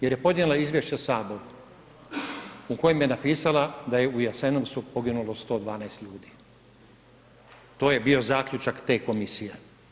Jer je podnijela Izvješće Saboru u kojem je napisala da je u Jasenovcu poginulo 112 ljudi, to je bio zaključak te komisije.